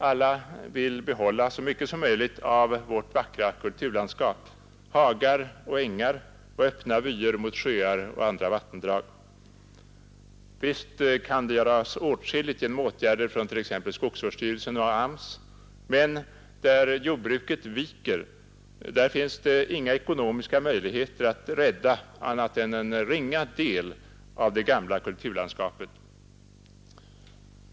Alla vill behålla så mycket som möjligt av vårt vackra kulturlandskap, hagar och ängar och öppna vyer mot sjöar och andra vattendrag. Visst kan det göras åtskilligt genom åtgärder från t.ex. skogsvårdsstyrelsen och AMS, men där jordbruket viker, finns det inga ekonomiska möjligheter att rädda annat än en ringa del av det gamla kulturlandskapet.